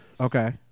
Okay